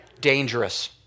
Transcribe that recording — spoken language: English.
Dangerous